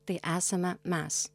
tai esame mes